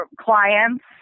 clients